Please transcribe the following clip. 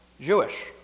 Jewish